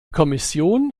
kommission